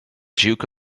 duke